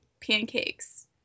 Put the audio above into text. pancakes